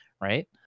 right